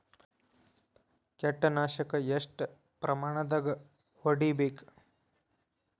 ಕೇಟ ನಾಶಕ ಎಷ್ಟ ಪ್ರಮಾಣದಾಗ್ ಹೊಡಿಬೇಕ?